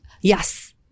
yes